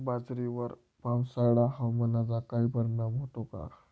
बाजरीवर पावसाळा हवामानाचा काही परिणाम होतो का?